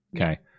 Okay